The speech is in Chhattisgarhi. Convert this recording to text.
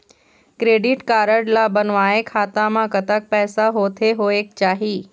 क्रेडिट कारड ला बनवाए खाता मा कतक पैसा होथे होएक चाही?